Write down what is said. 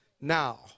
now